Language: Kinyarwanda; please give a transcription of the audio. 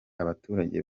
abaturage